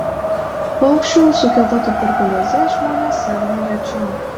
paukščių sukelta tuberkulioze žmonės serga rečiau